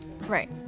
right